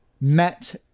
met